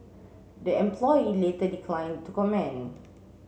the employee later declined to comment